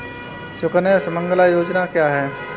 सुकन्या सुमंगला योजना क्या है?